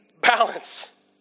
balance